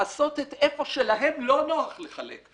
לעשות איפה שלהם לא נוח לחלק.